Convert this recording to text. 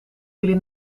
jullie